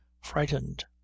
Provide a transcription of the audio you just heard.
frightened